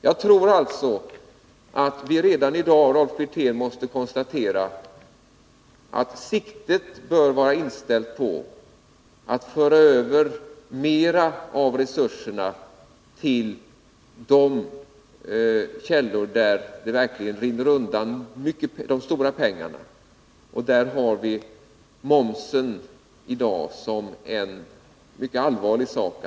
Vi måste alltså redan i dag, Rolf Wirtén, ha siktet inställt på att föra över en större del av resurserna till kontroll av de skattekällor där de verkligt stora pengarna rinner undan. I detta sammanhang är momsen något att mycket allvarligt beakta i dag.